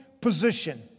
position